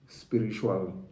spiritual